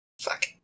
Fuck